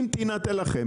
אם תינתן לכם,